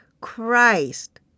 Christ